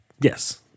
yes